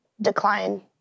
decline